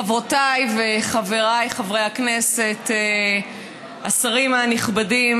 חברותיי וחבריי חברי הכנסת, השרים הנכבדים